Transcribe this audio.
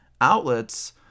outlets